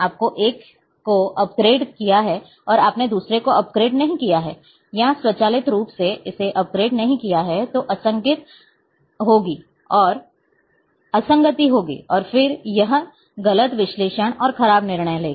आपने एक को अपग्रेड किया है और आपने दूसरे को अपग्रेड नहीं किया है या स्वचालित रूप से इसे अपग्रेड नहीं किया है तो असंगति होगी और फिर यह गलत विश्लेषण और खराब निर्णय लेगा